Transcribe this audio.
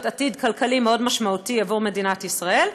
כלכלית מאוד משמעותי לעתיד עבור מדינת ישראל,